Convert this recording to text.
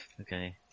Okay